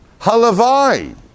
Halavai